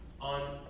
on